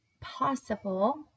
possible